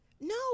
No